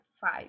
five